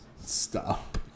Stop